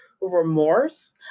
remorse